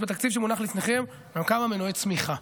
יש בתקציב שמונח לפניכם כמה מנועי צמיחה.